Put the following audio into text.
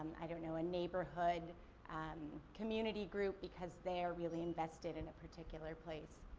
i don't know, a neighborhood um community group because they are really invested in a particular place.